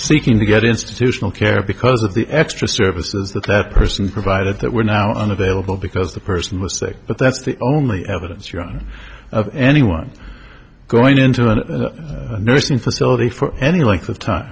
seeking to get institutional care because of the extra services that that person provided that were now unavailable because the person was sick but that's the only evidence you're on anyone going into a nursing facility for any length of time